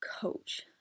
coach